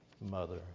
mother